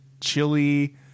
chili